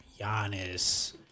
Giannis